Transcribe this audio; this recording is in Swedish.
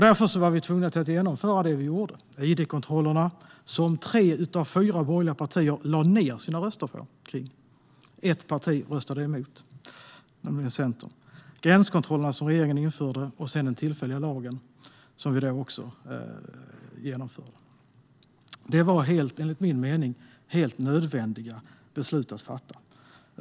Därför var vi tvungna att genomföra det vi gjorde: id-kontrollerna. Tre av fyra borgerliga partier lade ned sina röster i voteringen om dem. Ett parti röstade emot, nämligen Centern. Regeringen införde gränskontrollerna och sedan också den tillfälliga lagen. Det var enligt min mening helt nödvändiga beslut att fatta.